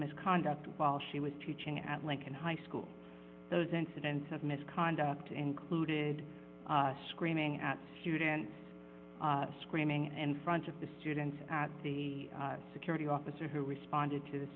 misconduct while she was teaching at lincoln high school those incidents of misconduct and concluded screaming at students screaming and front of the students at the security officer who responded to the